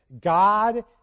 God